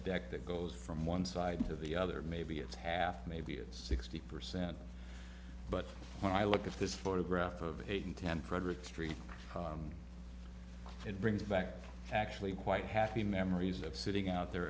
deck that goes from one side to the other maybe it's half maybe it's sixty percent but when i look at this photograph of eight and ten frederick street it brings back actually quite happy memories of sitting out there